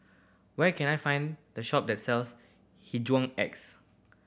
where can I find the shop that sells Hygin X